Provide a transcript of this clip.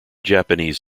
japanese